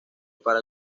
para